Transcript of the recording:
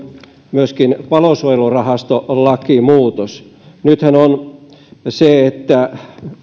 nostaa on palosuojelurahastolakimuutos nythän on hyvä että